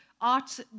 art